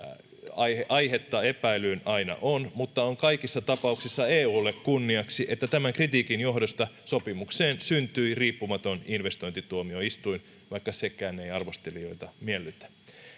aihetta aihetta epäilyyn aina on mutta on kaikissa tapauksissa eulle kunniaksi että tämän kritiikin johdosta sopimukseen syntyi riippumaton investointituomioistuin vaikka sekään ei arvostelijoita miellytä